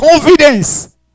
Confidence